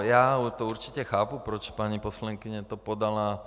Já to určitě chápu, proč to paní poslankyně podala.